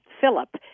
Philip